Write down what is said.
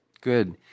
good